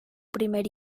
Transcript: primer